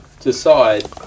decide